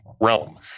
realm